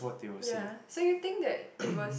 ya so you think that it was